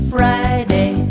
Friday